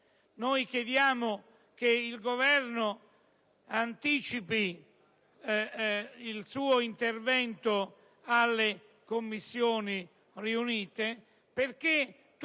Chiediamo che il Governo anticipi il suo intervento alle Commissioni congiunte, perché